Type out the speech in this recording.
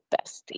bestie